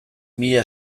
mila